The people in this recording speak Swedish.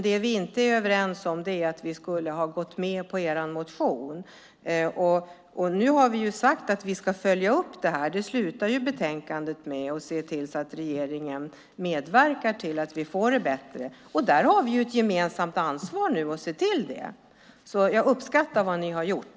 Det vi inte är överens om är att vi skulle ha gått med på er motion. Nu har vi sagt att vi ska följa upp det här och se till att regeringen medverkar till att vi får det bättre. Det avslutas betänkandet med. Vi har ett gemensamt ansvar för att se till det. Jag uppskattar vad ni har gjort.